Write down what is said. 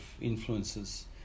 influences